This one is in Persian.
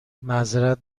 معذرت